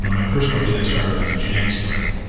my first company that i started was a genetics company.